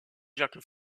jacques